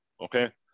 Okay